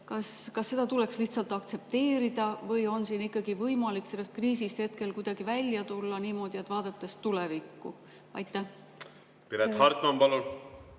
Kas seda tuleks lihtsalt aktsepteerida või on ikkagi võimalik sellest kriisist kuidagi välja tulla, vaadates tulevikku? Piret Hartman, palun!